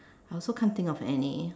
I also can't think of any